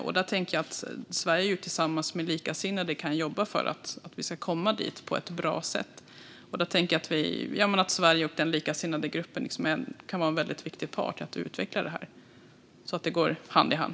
Jag tänker att Sverige tillsammans med likasinnade kan jobba för att vi ska komma dit på ett bra sätt, och jag tänker att Sverige och den likasinnade gruppen kan vara en viktig part i att utveckla det här så att det går hand i hand.